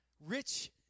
Rich